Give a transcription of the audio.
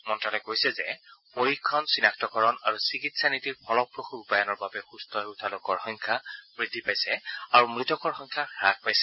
মন্ত্যালয়ে কৈছে যে পৰীক্ষণ চিনাক্তকৰণ আৰু চিকিৎসা নীতিৰ ফলপ্ৰস্ ৰূপায়ণৰ বাবে সুস্থ হৈ উঠা লোকৰ সংখ্যা বৃদ্ধি পাইছে আৰু মৃতকৰ সংখ্যা হাস পাইছে